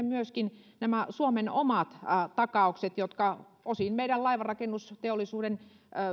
myöskin nämä suomen omat takaukset jotka osin johtuen meidän laivanrakennusteollisuuden